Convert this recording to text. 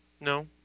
No